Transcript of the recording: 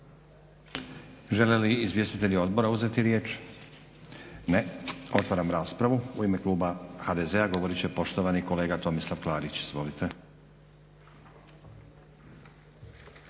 Žele li izvjestitelji odbora uzeti riječ? Ne. Otvaram raspravu. U ime kluba HDZ-a govorit će poštovani kolega Tomislav Klarić. Izvolite.